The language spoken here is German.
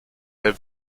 der